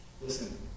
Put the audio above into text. Listen